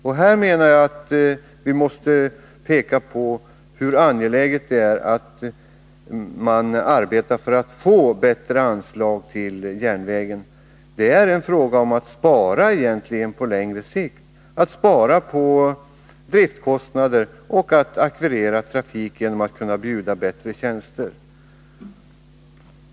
Och vi måste här peka på hur angeläget det är att man arbetar för att få bättre anslag till järnvägen. Det är egentligen fråga om ett sparande på längre sikt. Man spar på driftskostnaderna och ackvirerar trafik genom att bjuda bättre tjänster.